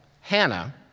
Hannah